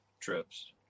trips